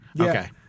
Okay